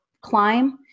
climb